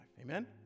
Amen